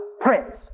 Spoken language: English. Prince